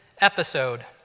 episode